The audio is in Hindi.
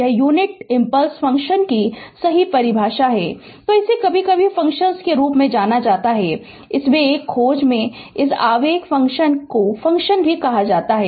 यह यूनिट इंपल्स फंक्शन की सही परिभाषा है तो इसे कभी कभी फ़ंक्शन के रूप में भी जाना जाता है इसमें एक खोज में इस इकाई आवेग फ़ंक्शन को फ़ंक्शन भी कहा जाता है